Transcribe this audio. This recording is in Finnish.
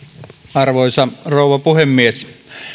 arvoisa rouva puhemies